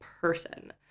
person